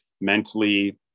Mentally